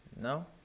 No